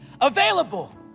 available